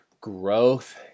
growth